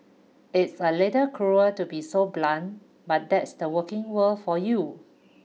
it's a little cruel to be so blunt but that's the working world for you